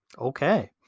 Okay